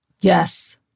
Yes